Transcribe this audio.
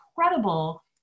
incredible